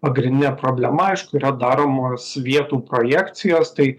pagrindinė problema aišku yra daromos vietų projekcijos tai